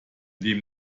dem